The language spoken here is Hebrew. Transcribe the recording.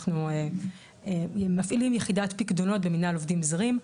אנחנו מפעילים יחידת פיקדונות במנהל עובדים זרים.